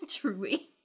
Truly